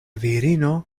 virino